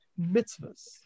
mitzvahs